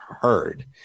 heard